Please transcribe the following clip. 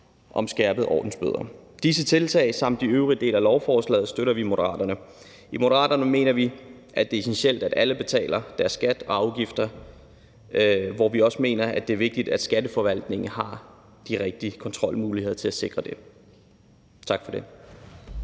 for skærpede ordensbøder. Disse tiltag samt de øvrige dele af lovforslaget støtter vi i Moderaterne. I Moderaterne mener vi, at det er essentielt, at alle betaler deres skat og afgifter, og vi mener også, det er vigtigt, at Skatteforvaltningen har de rigtige kontrolmuligheder til at sikre det. Tak for ordet.